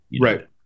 Right